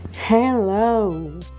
Hello